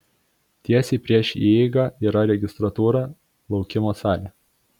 tiesiai prieš įeigą yra registratūra laukimo salė